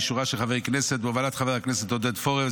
שורה של חברי כנסת בהובלת חבר הכנסת עודד פורר,